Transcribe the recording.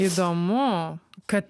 įdomu kad